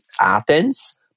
Athens